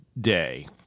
day